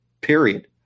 period